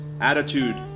attitude